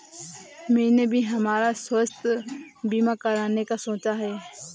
मैंने भी हमारा स्वास्थ्य बीमा कराने का सोचा है